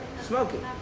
smoking